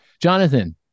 Jonathan